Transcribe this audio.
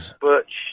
butch